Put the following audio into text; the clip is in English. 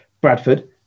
Bradford